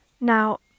Now